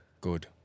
Good